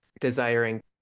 desiring